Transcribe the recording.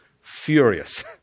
furious